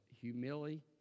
humility